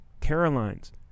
Caroline's